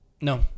No